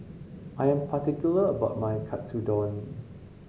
I am particular about my Katsudon